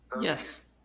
Yes